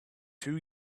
two